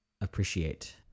appreciate